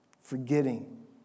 forgetting